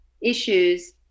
issues